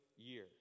Year